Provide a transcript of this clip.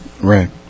Right